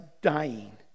dying